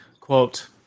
quote